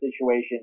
situation